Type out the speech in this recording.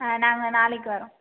ஆ நாங்கள் நாளைக்கு வரோம்